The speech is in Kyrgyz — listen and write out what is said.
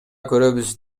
көрөбүз